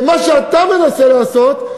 ומה שאתה מנסה לעשות,